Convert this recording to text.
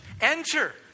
enter